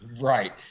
Right